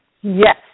Yes